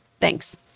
Thanks